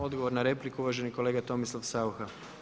Odgovor na repliku uvaženi kolega Tomislav Saucha.